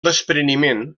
despreniment